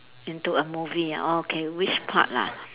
into a movie okay which part lah